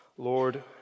Lord